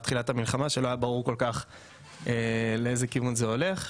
המלחמה ולא היה ברור לאיזה כיוון זה הולך.